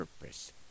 purpose